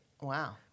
Wow